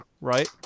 right